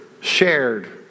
shared